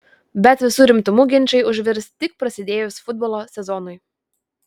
bet visu rimtumu ginčai užvirs tik prasidėjus futbolo sezonui